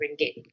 ringgit